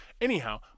Anyhow